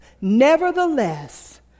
Nevertheless